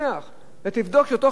ותבדוק שאותה חברת ביטוח